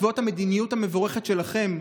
בעקבות המדיניות המבורכת שלכם,